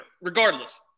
regardless